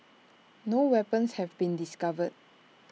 no weapons have been discovered